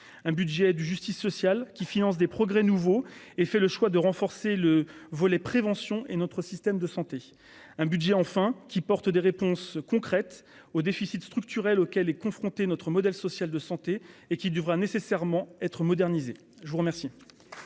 un budget de justice sociale qui finance des progrès nouveau et fait le choix de renforcer le volet prévention et notre système de santé un budget, enfin qui porte des réponses concrètes aux déficits structurels auxquels est confronté notre modèle social, de santé et qui devra nécessairement être modernisés, je vous remercie.